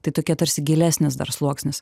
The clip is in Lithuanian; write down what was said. tai tokia tarsi gilesnis dar sluoksnis